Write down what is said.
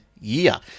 year